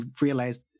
realized